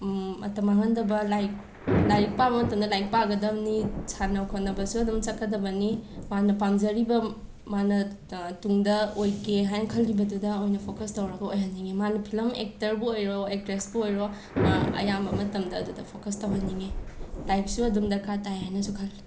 ꯃꯇꯝ ꯃꯥꯡꯍꯟꯗꯕ like lyric ꯄꯥꯕ ꯃꯇꯝꯗ ꯂꯥꯏꯔꯤꯛ ꯄꯥꯒꯗꯕꯅꯤ ꯁꯥꯟꯅ ꯈꯣꯠꯅꯕꯁꯨ ꯑꯗꯨꯝ ꯆꯠꯀꯗꯕꯅꯤ ꯃꯥꯅ ꯄꯥꯝꯖꯔꯤꯕ ꯃꯥꯅ ꯇꯨꯡꯗ ꯑꯣꯏꯒꯦ ꯍꯥꯏꯅ ꯈꯜꯂꯤꯕꯗꯨꯗ ꯑꯣꯏꯅ ꯐꯣꯀꯁ ꯇꯧꯔꯒ ꯑꯣꯏꯍꯟꯅꯤꯡꯉꯤ ꯃꯥꯅ ꯐꯤꯂꯝ ꯑꯦꯛꯇꯔꯕꯨ ꯑꯣꯏꯔꯣ ꯑꯦꯛꯇ꯭ꯔꯦꯁꯄꯨ ꯑꯣꯏꯔꯣ ꯃꯥ ꯑꯌꯥꯝꯕ ꯃꯇꯝꯗ ꯑꯗꯨꯗ ꯐꯣꯀꯁ ꯇꯧꯍꯟꯅꯤꯡꯉꯤ ꯂꯥꯏꯔꯤꯛꯁꯨ ꯑꯗꯨꯝ ꯗꯔꯀꯥꯔ ꯇꯥꯏ ꯍꯥꯏꯅꯁꯨ ꯈꯜꯂꯤ